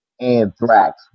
Anthrax